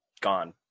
Gone